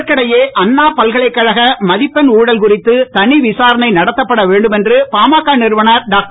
இதற்கிடையே அண்ணா பல்கலைக்கழக மதிப்பெண் ஊழல் குறித்து தனி விசாரணை நடத்தப்பட வேண்டும் என்று பாமக நிறுவனர் டாக்டர்